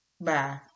Bye